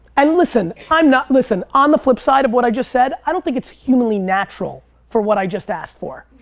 and listen, i'm not, listen, on the flip side of what i just said, i don't think it's humanly natural for what i just asked for.